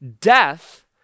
Death